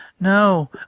No